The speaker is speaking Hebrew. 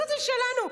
דודי שלנו,